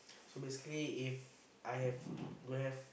so basically if I have don't have